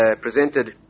presented